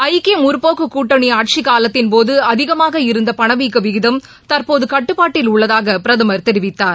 ஐக்கிய முற்போக்கு கூட்டணி ஆட்சி காலத்தின்போது அதிகமாக இருந்த பணவீக்க விதிகம் தற்போது கட்டுபாட்டில் உள்ளதாக பிரதமர் தெரிவித்தார்